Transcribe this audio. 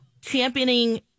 championing